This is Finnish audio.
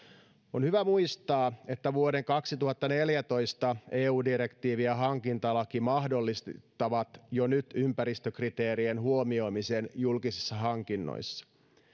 on hyvä muistaa että vuoden kaksituhattaneljätoista eu direktiivi ja hankintalaki mahdollistavat jo nyt ympäristökriteerien huomioimisen julkisissa hankinnoissa